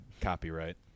copyright